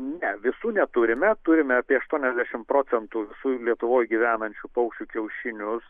ne visų neturime turime apie aštuoniasdešimt procentų visų lietuvoj gyvenančių paukščių kiaušinius